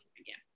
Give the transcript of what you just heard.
again